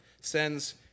sends